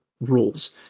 rules